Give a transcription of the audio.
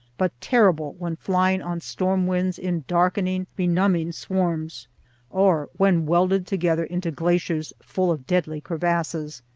but terrible when flying on storm-winds in darkening, benumbing swarms or when welded together into glaciers full of deadly crevasses.